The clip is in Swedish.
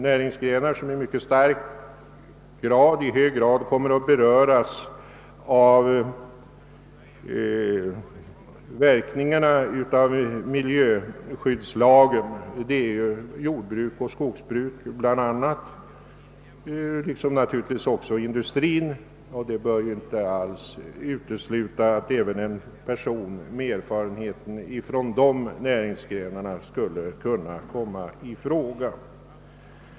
Jordbruk och skogsbruk är näringsgrenar som i hög grad kommer att beröras av miljöskyddslagens verkningar, och det bör inte vara uteslutet att en person med erfarenhet från de näringsgrenarna kommer i fråga.